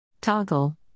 toggle